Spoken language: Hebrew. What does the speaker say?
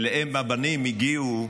ול"אם הבנים" הגיעו,